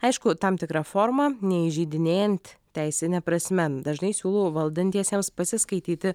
aišku tam tikra forma neįžeidinėjant teisine prasme dažnai siūlau valdantiesiems pasiskaityti